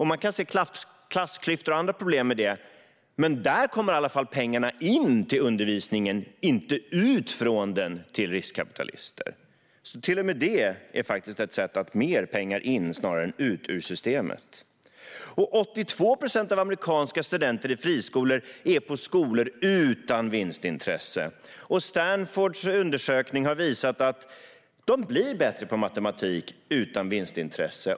Man kan se klassklyftor och andra problem med detta, men där kommer i alla fall pengarna in i undervisningen, inte ut från den till riskkapitalister. Till och med detta är faktiskt ett sätt att se till att mer pengar går in i än ut ur systemet. Vidare går 82 procent av de amerikanska studenter som går i friskolor på skolor utan vinstintresse. Stanfords undersökning har visat att de blir bättre på matematik utan vinstintresse.